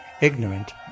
Ignorant